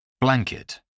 Blanket